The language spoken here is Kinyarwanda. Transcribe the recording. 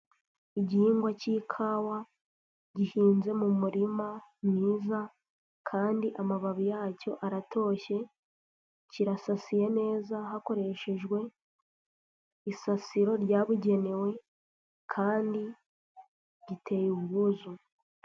Igihingwa cy'ikawa, gihinze mu murima mwiza kandi amababi yacyo aratoshye, kirasasiye neza hakoreshejwe isasiro ryabugenewe kandi giteye ubwuzu.